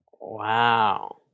Wow